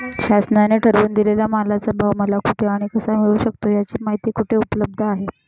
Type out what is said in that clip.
शासनाने ठरवून दिलेल्या मालाचा भाव मला कुठे आणि कसा मिळू शकतो? याची माहिती कुठे उपलब्ध आहे?